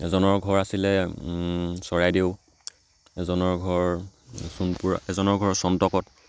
এজনৰ ঘৰ আছিলে চৰাইদেউ এজনৰ ঘৰ চোনপুৰা এজনৰ ঘৰৰ চন্তকত